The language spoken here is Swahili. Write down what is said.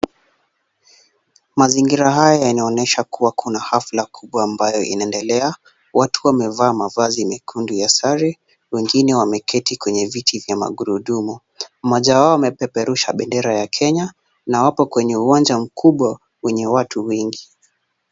Mazingira haya yanaonyesha kuwa kuna hafla kubwa ambayo inaendelea. Watu wamevaa mavazi mekundu ya sare. Wengine wameketi kwenye viti vya magurudumu. Mmoja wao amepeperusha bendera ya Kenya na wapo kwenye uwanja mkubwa wenye watu wengi.